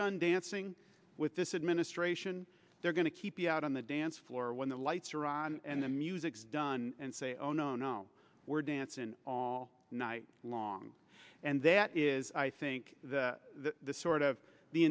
done dancing with this administration they're going to keep you out on the dance floor when the lights are on and the music's done and say oh no no we're dancin all night long and that is i think the sort of the